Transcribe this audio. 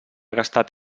gastat